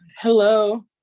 Hello